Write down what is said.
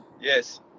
Yes